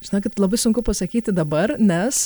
žinokit labai sunku pasakyti dabar nes